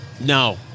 No